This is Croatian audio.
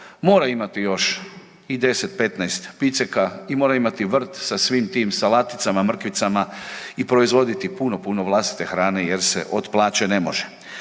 mora imati još i 10, 15 piceka i mora imati vrt sa svim tim salaticama, mrkvicama i proizvoditi puno, puno vlastite hrane jer se od plaće ne može.